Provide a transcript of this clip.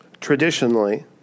traditionally